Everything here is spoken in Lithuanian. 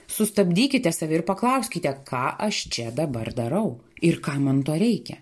sustabdykite save ir paklauskite ką aš čia dabar darau ir kam man to reikia